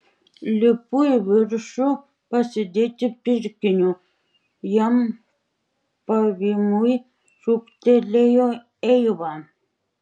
lipu į viršų pasidėti pirkinių jam pavymui šūktelėjo eiva